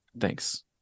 Thanks